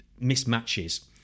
mismatches